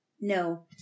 No